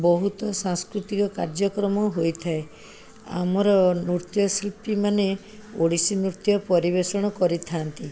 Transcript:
ବହୁତ ସାଂସ୍କୃତିକ କାର୍ଯ୍ୟକ୍ରମ ହୋଇଥାଏ ଆମର ନୃତ୍ୟ ଶିଳ୍ପୀ ମାନେ ଓଡ଼ିଶୀ ନୃତ୍ୟ ପରିବେଷଣ କରିଥାନ୍ତି